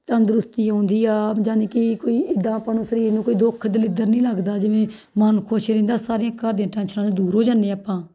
ਤੰਦਰੁਸਤੀ ਆਉਂਦੀ ਆ ਯਾਨੀ ਕਿ ਕੋਈ ਇੱਦਾਂ ਆਪਾਂ ਨੂੰ ਸਰੀਰ ਨੂੰ ਕੋਈ ਦੁੱਖ ਦਲਿੱਦਰ ਨਹੀਂ ਲੱਗਦਾ ਜਿਵੇਂ ਮਨ ਖੁਸ਼ ਰਹਿੰਦਾ ਸਾਰੀਆਂ ਘਰ ਦੀਆਂ ਟੈਨਸ਼ਨਾਂ ਤੋਂ ਦੂਰ ਹੋ ਜਾਂਦੇ ਆਪਾਂ